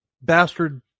bastard